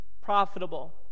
profitable